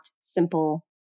simple